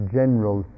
general